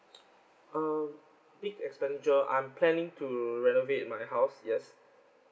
uh big expenditure I'm planning to renovate my house yes